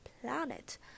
planet